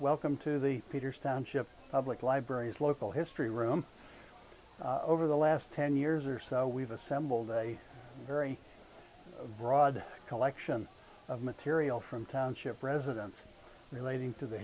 welcome to the peters township public libraries local history room over the last ten years or so we've assembled a very broad collection of material from township residents relating to the